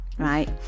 Right